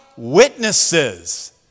Witnesses